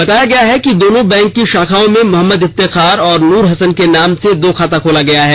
बताया गया है कि दोनों बैंक की शाखाओं में मोहम्मद इफ्तेखार और नूर हसन के नाम से दो खाता खोला गया है